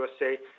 USA